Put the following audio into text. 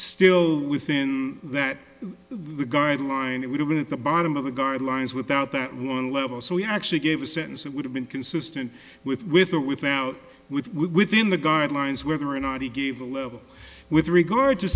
still within that the guidelines it would have been at the bottom of the guidelines without that one level so he actually gave a sentence that would have been consistent with with or without with within the guidelines whether or not he gave a level with regard to